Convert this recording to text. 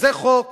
וזה חוק